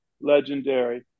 legendary